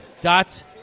dot